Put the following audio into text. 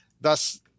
thus